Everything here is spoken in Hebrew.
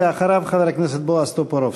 ואחריו, חבר הכנסת בועז טופורובסקי.